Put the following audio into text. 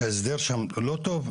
שההסדר שם לא טוב.